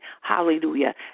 Hallelujah